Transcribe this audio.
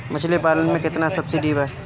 मछली पालन मे केतना सबसिडी बा?